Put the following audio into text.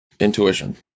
intuition